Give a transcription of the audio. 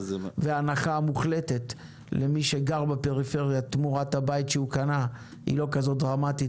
והנחה מוחלטת למי שגר בפריפריה תמורת הבית שהוא קנה היא לא כזאת דרמטית,